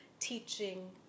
teaching